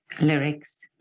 lyrics